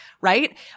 Right